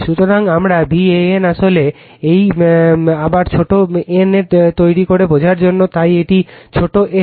সুতরাং আমার VAN আসলে এই আবার ছোট এন তৈরি করে বোঝার জন্য তাই এটি ছোট এন